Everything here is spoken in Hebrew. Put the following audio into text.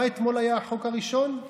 מה אתמול היה החוק הראשון?